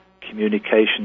communication